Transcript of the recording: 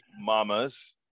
mamas